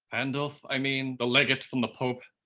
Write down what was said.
pandulph i mean, the legate from the pope.